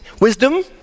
wisdom